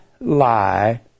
lie